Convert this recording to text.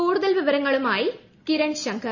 കൂടുതൽ വിവരങ്ങളുമായി കിരൺ ശങ്കർ